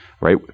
right